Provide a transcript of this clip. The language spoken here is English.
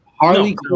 Harley